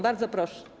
Bardzo proszę.